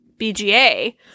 BGA